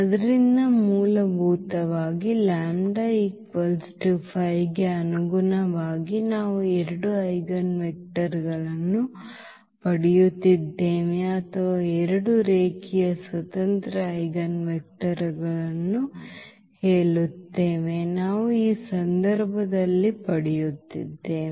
ಆದ್ದರಿಂದ ಮೂಲಭೂತವಾಗಿ λ 5 ಕ್ಕೆ ಅನುಗುಣವಾಗಿ ನಾವು 2 ಐಜೆನ್ವೆಕ್ಟರ್ಗಳನ್ನು ಪಡೆಯುತ್ತಿದ್ದೇವೆ ಅಥವಾ 2 ರೇಖೀಯ ಸ್ವತಂತ್ರ ಐಜೆನ್ವೆಕ್ಟರ್ಗಳನ್ನು ಹೇಳುತ್ತೇವೆ ನಾವು ಈ ಸಂದರ್ಭದಲ್ಲಿ ಪಡೆಯುತ್ತಿದ್ದೇವೆ